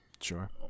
Sure